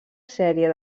sèrie